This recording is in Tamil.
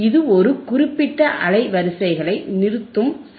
இது ஒரு குறிப்பிட்ட அலைவரிசைகளை நிறுத்தும் செய்ய முடியும்